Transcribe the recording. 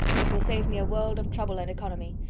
it will save me a world of trouble and economy.